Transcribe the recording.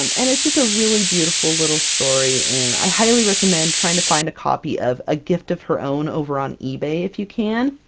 um and it's just a really beautiful little story. and i highly recommend trying to find a copy of a gift of her own over on ebay, if you can.